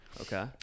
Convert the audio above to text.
Okay